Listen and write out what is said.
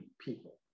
people